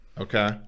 Okay